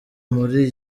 muri